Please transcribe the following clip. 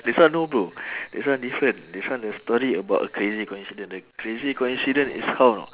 this one no bro this one different this one the story about a crazy coincidence the crazy coincidence is how know